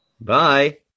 Bye